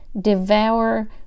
devour